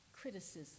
criticism